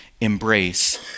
embrace